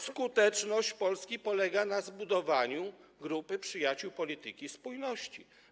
Skuteczność Polski polega na zbudowaniu grupy przyjaciół polityki spójności.